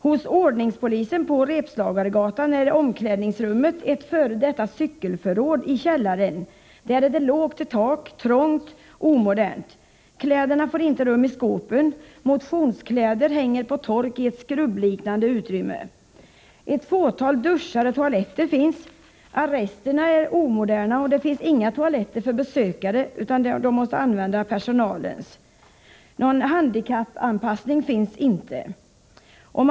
Hos ordningspolisen på Repslagaregatan är omklädningsrummet ett f. d. cykelförråd i källaren. Där är det lågt i tak, trångt och omodernt. Kläderna får inte rum i skåpen. Motionskläder hänger på tork i ett skrubbliknande utrymme. Ett fåtal duschar och toaletter finns. Arresterna är omoderna. Det finns inga toaletter för besökare, utan de måste använda personalens. Någon handikappanpassning har inte gjorts.